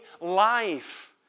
life